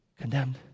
condemned